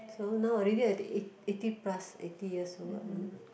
so now already I think eight~ eighty plus eighty years old ah